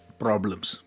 problems